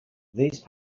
these